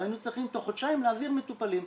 היינו צריכים תוך חודשיים להעביר מטופלים.